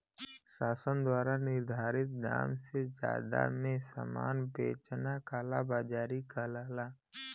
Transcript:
शासन द्वारा निर्धारित दाम से जादा में सामान बेचना कालाबाज़ारी कहलाला